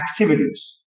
activities